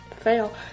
fail